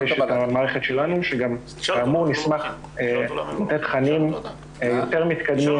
והמערכת שלנו שגם כאמור נשמח לתת תכנים יותר מתקדמים